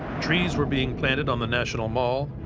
trees were being planted on the national mall.